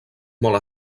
molt